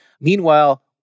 meanwhile